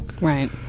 Right